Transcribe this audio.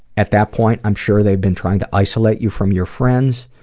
at that point, i'm sure they've been trying to isolate you from your friends,